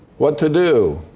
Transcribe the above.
what to do?